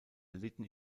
erlitten